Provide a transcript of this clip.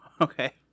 Okay